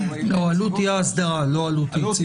לא, עלות אי האסדרה, לא עלות אי ציות.